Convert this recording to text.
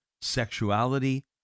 sexuality